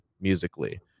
musically